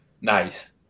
nice